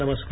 नमस्कार